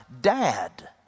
dad